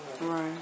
Right